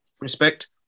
Respect